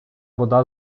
вода